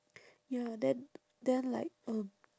ya then then like um